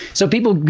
so people,